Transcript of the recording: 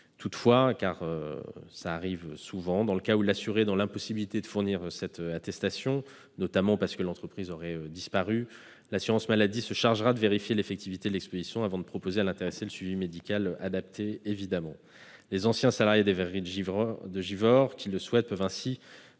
Toutefois, ce qui arrive souvent, dans le cas où l'assuré est dans l'impossibilité de fournir cette attestation, notamment parce que l'entreprise a disparu, l'assurance maladie se chargera de vérifier l'effectivité de l'exposition avant de proposer à l'intéressé le suivi médical adapté. Les anciens salariés des verreries de Givors qui le souhaitent peuvent ainsi